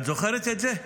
את זוכרת את זה?